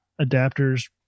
adapters